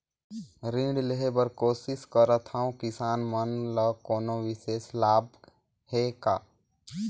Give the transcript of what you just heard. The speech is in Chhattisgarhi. ऋण लेहे बर कोशिश करथवं, किसान मन ल कोनो विशेष लाभ हे का?